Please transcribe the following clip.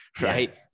right